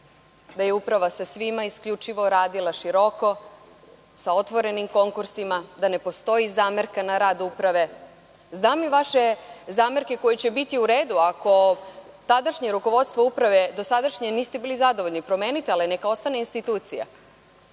da je uprava sa svima isključivo radila široko, sa otvorenim konkursima, da ne postoji zamerka na rad uprave. Znam i vaše zamerke koje će biti u redu ako tadašnje rukovodstvo uprave dosadašnje niste bili zadovoljni, promenite, ali neka ostane institucija. Rekla